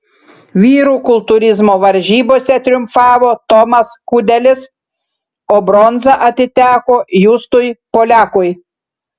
vyrų kultūrizmo varžybose triumfavo tomas kudelis o bronza atiteko justui poliakui